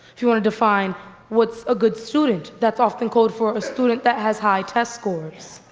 if you want to define what's a good student, that's often called for a student that has high test scores.